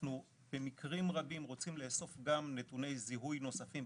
במקרים רבים אנחנו רוצים לאסוף גם נתוני זיהוי נוספים,